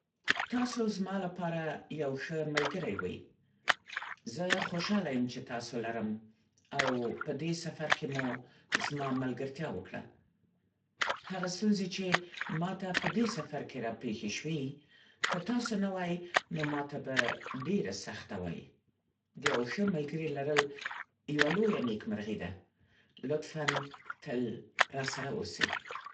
تاسو زما لپاره يو ښه ملګری وئ. زه خوشحاله یم چې تاسو لرم او په دې سفر کې مو زما ملګرتیا وکړه. هغه ستونزې چې ما ته په دې سفر کې راپېښې شوې، که تاسو نه وای نو ما ته به ډېره سخته وای. د یو ښه ملګري لرل یوه لویه نېکمرغي ده. لطفا تل راسره اوسئ!